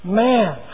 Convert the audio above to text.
man